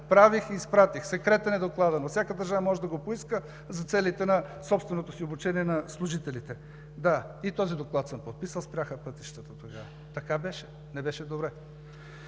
правих и изпратих. Секретен е докладът. Всяка държава може да го поиска за целите на собственото си обучение на служителите. Да, и този доклад съм подписал, спряха пътищата тогава. Така беше – не беше добре.